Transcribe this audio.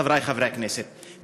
חברי חברי הכנסת,